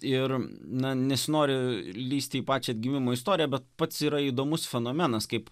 ir na nesinori lįsti į pačią atgimimo istoriją bet pats yra įdomus fenomenas kaip